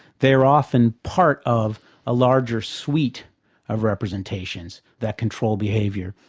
they're often part of a larger suite of representations that control behaviour.